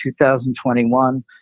2021